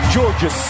Georgia